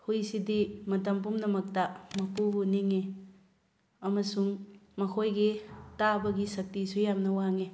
ꯍꯨꯏꯁꯤꯗꯤ ꯃꯇꯝ ꯄꯨꯝꯅꯃꯛꯇ ꯃꯄꯨꯕꯨ ꯅꯤꯡꯉꯤ ꯑꯃꯁꯨꯡ ꯃꯈꯣꯏꯒꯤ ꯇꯥꯕꯒꯤ ꯁꯛꯇꯤꯁꯨ ꯌꯥꯝꯅ ꯋꯥꯡꯉꯦ